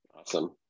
Awesome